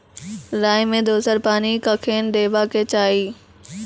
राई मे दोसर पानी कखेन देबा के चाहि?